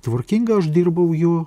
tvarkinga aš dirbau jo